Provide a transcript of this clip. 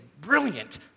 brilliant